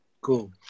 Cool